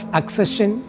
accession